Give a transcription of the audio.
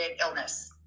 illness